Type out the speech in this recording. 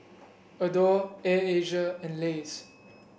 Adore Air Asia and Lays